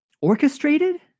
orchestrated